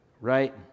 right